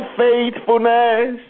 faithfulness